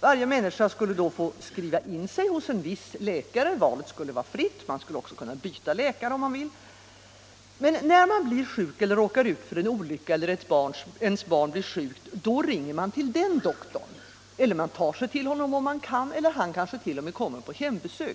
Varje människa skulle då få skriva in sig hos en viss läkare — valet skall vara fritt, och man skall också kunna byta läkare om man vill. När man blir sjuk eller råkar ut för en olycka eller ens barn blir sjukt, ringer man till den doktorn eller tar sig dit om man kan. Eller doktorn kanske rent av kommer på hembesök.